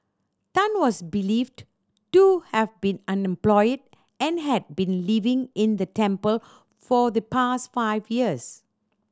Tan was believed to have been unemployed and had been living in the temple for the past five years